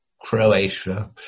Croatia